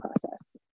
process